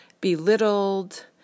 belittled